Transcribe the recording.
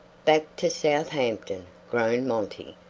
back to southampton! groaned monty.